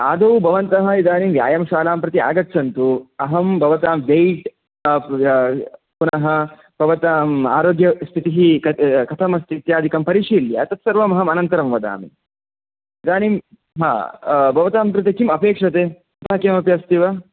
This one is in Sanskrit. आदौ भवन्तः इदानीं व्यायामशालां प्रति आगच्छन्तु अहं भवतां वैट् पुनः भवताम् आरोग्यस्थितिः कति कथमस्ति इत्यादिकं परिशील्य तत्सर्वमहम् अनन्तरं वदामि इदानीं हा भवतां कृते किम् अपेक्ष्यते तथा किमपि अस्ति वा